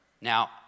Now